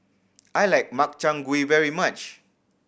I like Makchang Gui very much